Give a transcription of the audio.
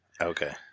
Okay